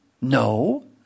No